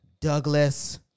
Douglas